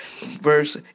verse